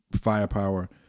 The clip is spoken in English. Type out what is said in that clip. firepower